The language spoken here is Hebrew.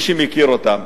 כמי שמכיר אותם